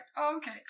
Okay